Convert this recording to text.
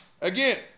Again